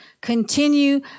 continue